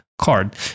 card